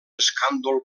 escàndol